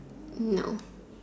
no